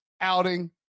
outing